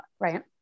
right